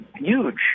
huge